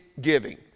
giving